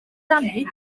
rannu